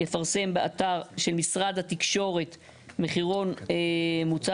יפרסם באתר של משרד התקשורת מחירון מוצע